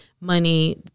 money